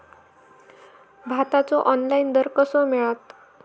भाताचो ऑनलाइन दर कसो मिळात?